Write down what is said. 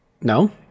no